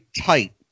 tight